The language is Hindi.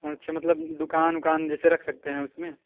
अच्छा मतलब दुकान उकान जैसे रख सकते हैं उसमें